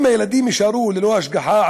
אם הילדים יישארו ללא השגחה,